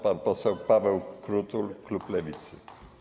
Pan poseł Paweł Krutul, klub Lewicy.